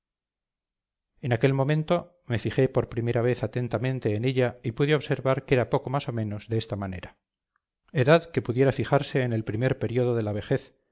en aquel momento me fijé por primera vez atentamente en ella y pude observar que era poco más o menos de esta manera edad que pudiera fijarse en el primer período de la vejez